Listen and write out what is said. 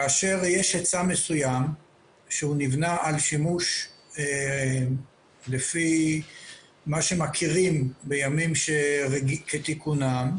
כאשר יש היצע מסוים שנבנה על שימוש לפי מה שמכירים בימים כתיקונים,